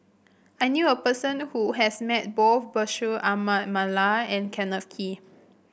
I knew a person who has met both Bashir Ahmad Mallal and Kenneth Kee